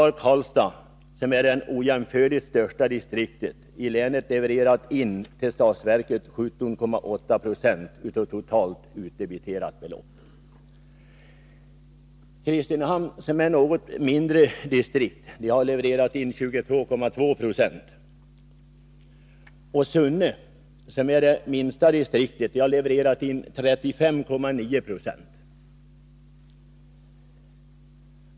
Karlstad, som är det ojämförligt största distriktet i länet, har levererat till statsverket 17,8 90 av totalt debiterat belopp. Kristinehamn, som är ett något mindre distrikt, har levererat 22,2 26. Sunne, som är det minsta distriktet, har levererat 35,9 26.